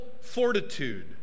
fortitude